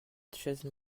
chaises